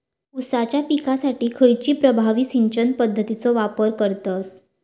ऊसाच्या पिकासाठी खैयची प्रभावी सिंचन पद्धताचो वापर करतत?